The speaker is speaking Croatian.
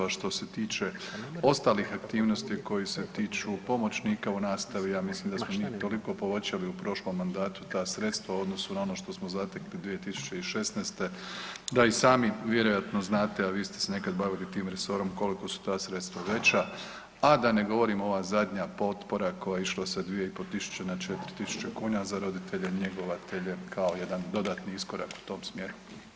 A što se tiče ostalih aktivnosti koji se tiču pomoćnika u nastavi, ja mislim da smo mi toliko povećali u prošlom mandatu ta sredstva u odnosu na ono što smo zatekli 2016., da i sami vjerojatno znate, a vi ste se nekad bavili tim resorom, koliko su ta sredstva veća, a da ne govorim ova zadnja potpora koja je išla sa 2500 na 4000 kuna za roditelje njegovatelje kao jedan dodatni iskorak u tom smjeru.